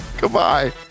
Goodbye